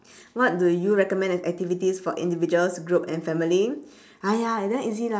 what do you recommend as activities for individuals group and family !aiya! it's damn easy lah